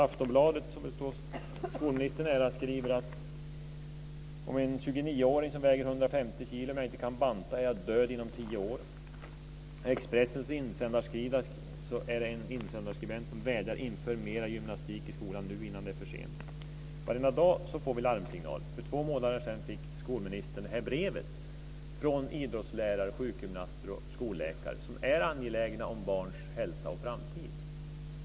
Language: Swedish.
Aftonbladet, som väl står skolministern nära, skriver om en 29-åring som väger 150 kilo men som inte kan banta: Jag dör inom tio år. På Expressens insändarsida vädjar en skribent: Inför mer gymnastik i skolan nu innan det är för sent. Varenda dag får vi larmsignaler. För två månader sedan fick skolministern det här brevet från idrottslärare, sjukgymnaster och skolläkare som är angelägna om barns hälsa och framtid.